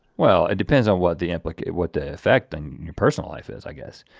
well, it depends on what the implicate what the affecting your personal life is, i guess.